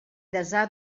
desar